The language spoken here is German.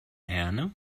herne